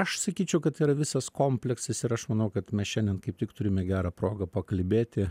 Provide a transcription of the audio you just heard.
aš sakyčiau kad yra visas komplektsas ir aš manau kad mes šiandien kaip tik turime gerą progą pakalbėti